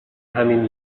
همین